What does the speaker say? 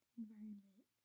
environment